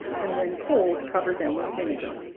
and when cold cover them with vinegar.